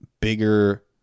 bigger